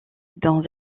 dans